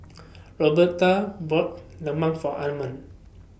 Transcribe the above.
Roberta bought Lemang For Armond